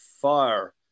fire